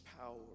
power